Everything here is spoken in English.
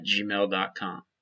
gmail.com